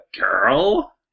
girl